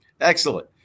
Excellent